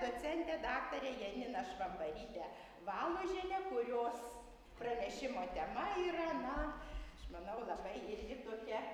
docentė daktarė janina švambarytė valužienė kurios pranešimo tema yra na aš manau labai irgi tokia